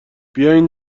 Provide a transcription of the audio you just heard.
بیاین